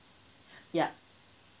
yup